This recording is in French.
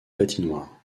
patinoire